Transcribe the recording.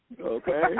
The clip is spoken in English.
Okay